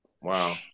wow